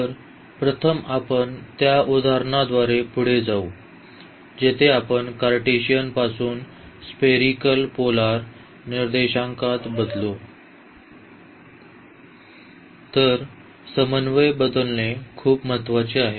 तर प्रथम आपण त्या उदाहरणाद्वारे पुढे जाऊ जेथे आम्ही कार्टेशियनपासून स्पेरीकल पोलर निर्देशांकात बदलू तर समन्वय बदलणे खूप महत्वाचे आहे